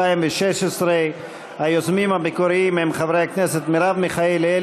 התשע"ז 2016. היוזמים המקוריים הם חברי הכנסת מרב מיכאלי,